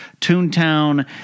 Toontown